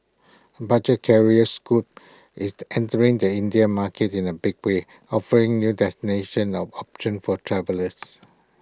budget carrier scoot is entering the Indian market in A big way offering new destinations of options for travellers